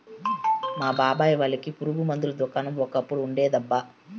మా బాబాయ్ వాళ్ళకి పురుగు మందుల దుకాణం ఒకప్పుడు ఉండేదబ్బా